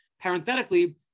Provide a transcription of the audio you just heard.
parenthetically